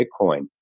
Bitcoin